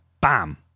bam